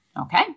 Okay